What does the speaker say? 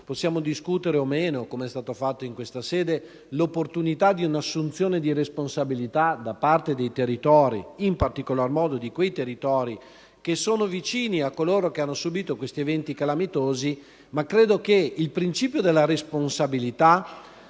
Possiamo discutere o meno, come è stato fatto in questa sede, dell'opportunità di un'assunzione di responsabilità da parte dei territori, in particolar modo di quelli vicini a coloro che hanno subito questi eventi calamitosi, ma credo che il principio della responsabilità